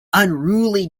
unruly